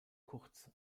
kurz